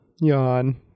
yawn